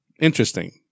Interesting